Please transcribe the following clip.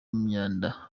myanda